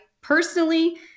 personally